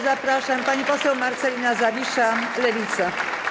Zapraszam, pani poseł Marcelina Zawisza, Lewica.